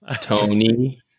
Tony